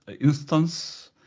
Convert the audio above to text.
instance